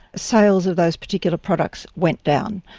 sales of those particular products went down.